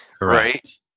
Right